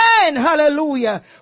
Hallelujah